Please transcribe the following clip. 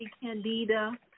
candida